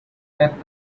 that